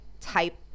type